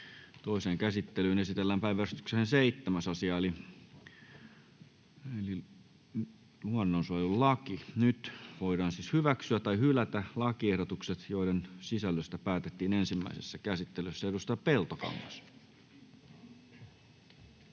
Toiseen käsittelyyn esitellään päiväjärjestyksen 7. asia. Nyt voidaan hyväksyä tai hylätä lakiehdotukset, joiden sisällöstä päätettiin ensimmäisessä käsittelyssä. — Edustaja Peltokangas.